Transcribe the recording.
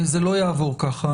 זה לא יעבור ככה.